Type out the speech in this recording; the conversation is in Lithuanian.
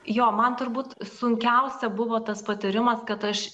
jo man turbūt sunkiausia buvo tas patyrimas kad aš